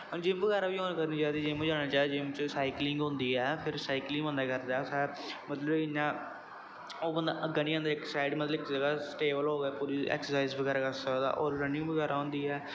gym वगैरा बी join करनी चाही दी जिम च जाना चाहिदा जिम च साईकलिंग होंदी ऐ साईकलिंग बंदा करी लै मतलव कि इ'यां ओह् बंदा अग्गैं निं जंदा इक साइड मतलव इक जगाह् स्टेबल हो के पूरी एक्सरसाइज वगैरा कर सकदा ऐ और रनिंग वगैरा होंदी ऐ